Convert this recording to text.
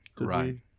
Right